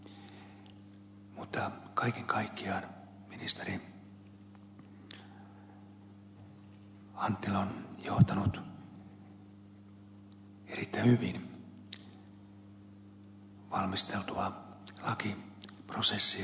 mutta kaiken kaikkiaan ministeri anttila on johtanut erittäin hyvin valmisteltua lakiprosessia